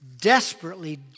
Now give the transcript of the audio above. Desperately